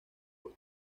por